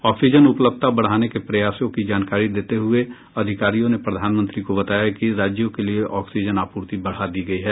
oxygen उपलब्धता बढ़ाने के प्रयासों की जानकारी देते हुए अधिकारियों ने प्रधानमंत्री को बताया कि राज्यों के लिये ऑक्सीजन आपूर्ति बढ़ा दी गयी है